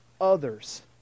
others